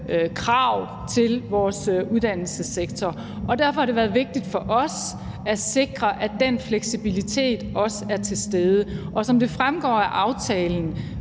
krav til vores uddannelsessektor. Derfor har det været vigtigt for os at sikre, at den fleksibilitet også er til stede. Og som det fremgår af aftalen: